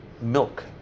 milk